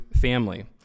family